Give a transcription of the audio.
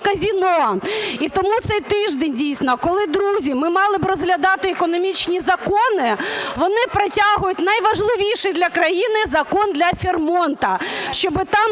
казино. І тому цей тиждень, дійсно, коли, друзі, ми б мали розглядати економічні закони, вони протягують найважливіший для країни закон для Fairmont, щоб там